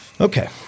Okay